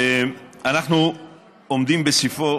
אנחנו עומדים על סיפו